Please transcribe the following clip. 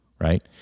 right